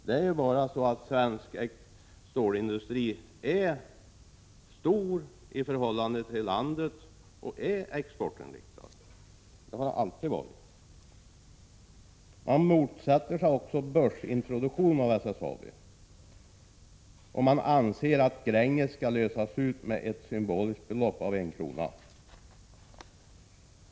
Det är 13 bara så, att svensk stålindustri är stor i förhållande till landets storlek. Den är exportinriktad, och har alltid varit det. Man motsätter sig en börsintroduktion av SSAB. Man anser att Gränges skall lösas ut med ett symboliskt belopp av 1 krona.